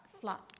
flat